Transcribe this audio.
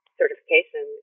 certification